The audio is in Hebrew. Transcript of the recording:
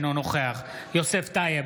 אינו נוכח יוסף טייב,